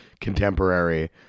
contemporary